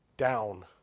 down